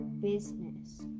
business